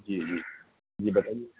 جی جی جی بتائیے